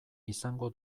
izango